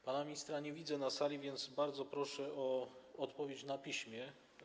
Pana ministra nie widzę na sali, więc bardzo proszę o odpowiedź na piśmie.